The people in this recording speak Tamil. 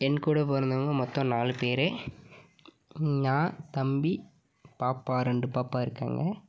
என் கூட பிறந்தவங்க மொத்தம் நாலு பேர் நான் தம்பி பாப்பா ரெண்டு பாப்பா இருக்காங்க